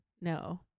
No